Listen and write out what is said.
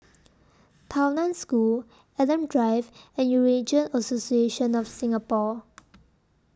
Tao NAN School Adam Drive and Eurasian Association of Singapore